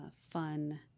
fun